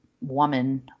woman